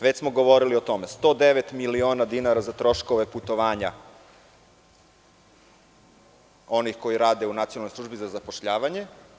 Već smo govorili o tome, 109 miliona dinara za troškove putovanja onih koji rade u Nacionalnoj službi za zapošljavanje.